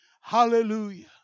Hallelujah